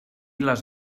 les